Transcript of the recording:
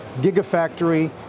gigafactory